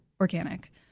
organic